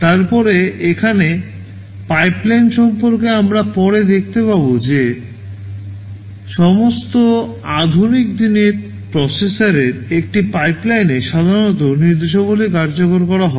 তারপরে এখানে পাইপলাইন সম্পর্কে আমরা পরে দেখতে পাব যে সমস্ত আধুনিক দিনের প্রসেসরের একটি পাইপলাইনে সাধারণত নির্দেশাবলী কার্যকর করা হয়